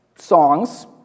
Songs